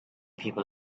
people